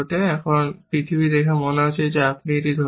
এখন পৃথিবী দেখে মনে হচ্ছে আপনি একটি ধরে আছেন